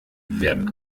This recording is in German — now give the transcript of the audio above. werden